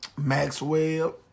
Maxwell